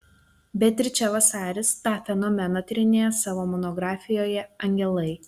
beatričė vasaris tą fenomeną tyrinėja savo monografijoje angelai